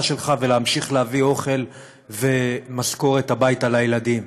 שלך ולהמשיך להביא אוכל ומשכורת הביתה לילדים.